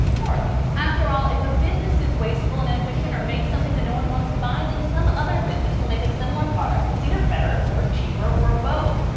more or less. after all, if a business is wasteful and inefficient or makes something that no one wants to buy, then some other business will make a similar product that's either better or cheaper or both.